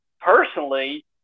personally